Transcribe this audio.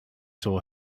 saw